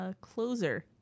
closer